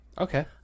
Okay